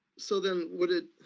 so then would it,